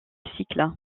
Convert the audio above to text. cycle